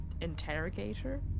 interrogator